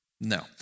No